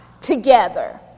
together